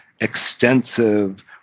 extensive